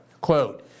Quote